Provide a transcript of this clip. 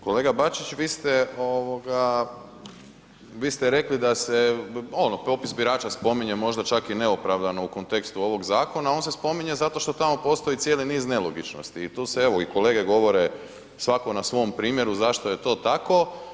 Kolega Bačić, vi ste ovoga, vi ste rekli da se ono popis birača spominje možda čak i neopravdano u kontekstu ovog zakona, on se spominje zato što tamo postoji cijeli niz nelogičnosti i tu se, evo i kolege govore svako na svom primjeru zašto je to tako.